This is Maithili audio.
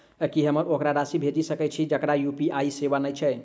की हम ओकरा राशि भेजि सकै छी जकरा यु.पी.आई सेवा नै छै?